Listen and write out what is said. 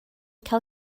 cael